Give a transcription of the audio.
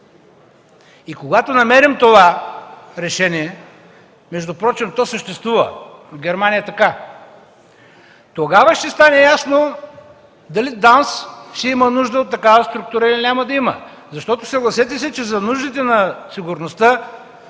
И когато намерим това решение – впрочем то съществува, в Германия е така – тогава ще стане ясно дали ДАНС ще има нужда от такава структура или няма да има. Съгласете се, че за нуждите на сигурността